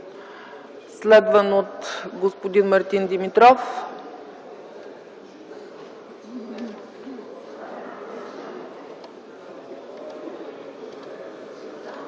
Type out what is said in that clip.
следван от господин Мартин Димитров.